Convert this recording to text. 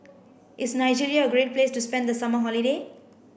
is Nigeria a great place to spend the summer holiday